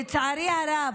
לצערי הרב,